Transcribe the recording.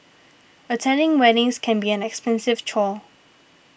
attending weddings can be an expensive chore